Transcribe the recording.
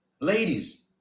Ladies